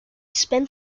spent